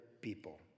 people